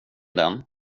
den